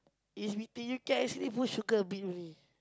is between you can actually put sugar a bit only